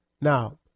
Now